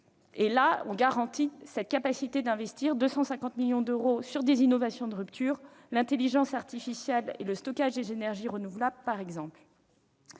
On garantit ici la capacité d'investir 250 millions d'euros dans des innovations de rupture, l'intelligence artificielle et le stockage des énergies renouvelables, par exemple.